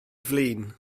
flin